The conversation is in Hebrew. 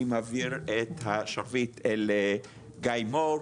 אני מעביר את השרביט לגיא מור,